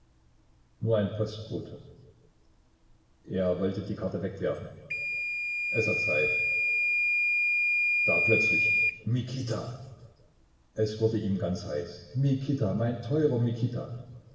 nur ein postbote er wollte die karte wegwerfen es hat zeit da plötzlich mikita es wurde ihm ganz heiß mikita mein teurer mikita